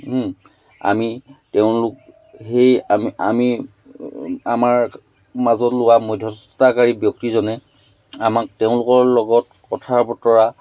আমি তেওঁলোক সেই আমি আমাৰ মাজত লোৱা মধ্যস্থতাকাৰী ব্যক্তিজনে আমাক তেওঁলোকৰ লগত কথা বতৰা